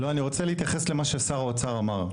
לא, אני רוצה להתייחס למה ששר האוצר אמר.